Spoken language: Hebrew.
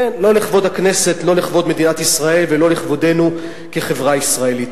לא לכבוד מדינת ישראל ולא לכבודנו כחברה ישראלית.